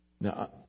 Now